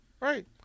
Right